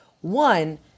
one